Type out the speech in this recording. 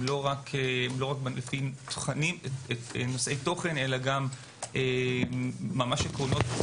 שהם לא רק נושאי תוכן אלא ממש עקרונות.